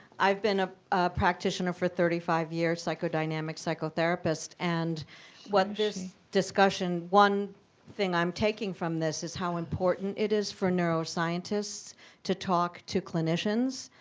i've been a practitioner for thirty five years, psychodynamic psychotherapist. and what this discussion, one thing i'm taking from this is how important it is for neuroscientists to talk to clinicians.